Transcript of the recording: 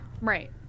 right